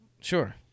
Sure